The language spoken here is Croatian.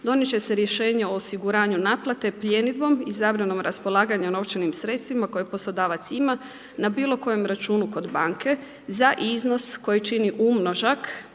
će se rješenje o osiguranju naplate, pljenidbom i zabranom raspolaganja novčanim sredstvima koje poslodavac ima na bilo kojem računu kod banke za iznos koji čini umnožak